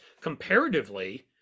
comparatively